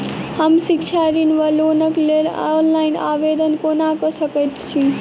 हम शिक्षा ऋण वा लोनक लेल ऑनलाइन आवेदन कोना कऽ सकैत छी?